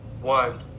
one